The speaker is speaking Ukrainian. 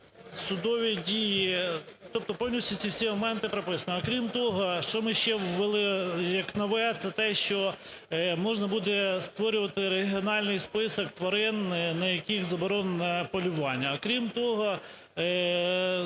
судові дії, тобто повністю всі ці моменти прописані. А, крім того, що ми ще ввели як нове – це те, що можна буде створювати регіональний список тварин, на яких заборонене полювання. А, крім того, вносяться